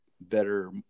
better –